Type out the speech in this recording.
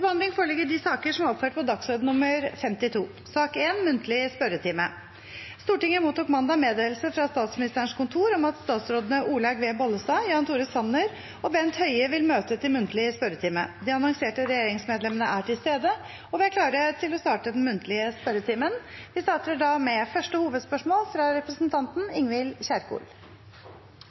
Stortinget mottok mandag meddelelse fra Statsministerens kontor om at statsrådene Olaug V. Bollestad, Jan Tore Sanner og Bent Høie vil møte til muntlig spørretime. De annonserte regjeringsmedlemmene er til stede, og vi er klare til å starte den muntlige spørretimen. Vi starter med første hovedspørsmål, fra representanten Ingvild Kjerkol.